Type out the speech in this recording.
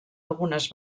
algunes